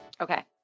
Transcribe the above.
Okay